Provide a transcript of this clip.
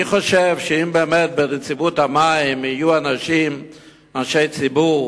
אני חושב שאם באמת יהיו בנציבות המים אנשי ציבור